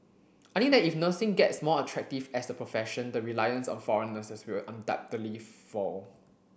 I that if nursing gets more attractive as a profession the reliance on foreign nurses will undoubtedly fall